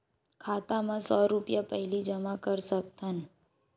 खाता मा सौ रुपिया पहिली जमा कर सकथन?